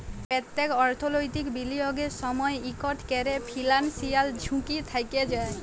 প্যত্তেক অর্থলৈতিক বিলিয়গের সময়ই ইকট ক্যরে ফিলান্সিয়াল ঝুঁকি থ্যাকে যায়